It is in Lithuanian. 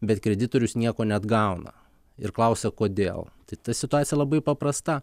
bet kreditorius nieko neatgauna ir klausia kodėl ta situacija labai paprasta